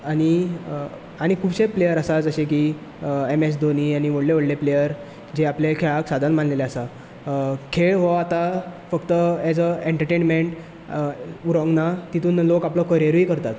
आनी आनी खुबशे प्लेयर आसा जशे की एम एस धोनी आनी व्हडले व्हडले प्लेयर जे आपले खेळाक साधन मानलेले आसा खेळ हो आतां फक्त एस अ एन्टर्टेंनमेंट उरोंक ना तितूंत लोक आपलो करियरूय करतात